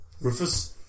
Rufus